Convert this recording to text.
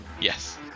Yes